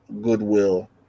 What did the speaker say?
goodwill